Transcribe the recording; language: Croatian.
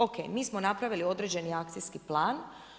OK, mi smo napravili određeni akcijski plan.